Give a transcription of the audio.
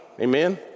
Amen